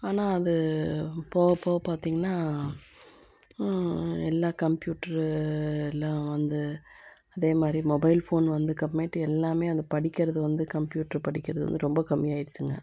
ஆனால் அது போகப் போக பார்த்திங்கனா எல்லாம் கம்பியூட்ரு எல்லாம் வந்து அதேமாதிரி மொபைல் ஃபோன் வந்ததுக்கு அப்புறமேட்டு எல்லாம் அது படிக்கிறது வந்து கம்பியூட்ரு படிக்கிறது வந்து ரொம்ப கம்மி ஆயிடுச்சுங்க